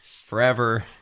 forever